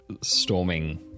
storming